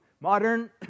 modern